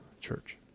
church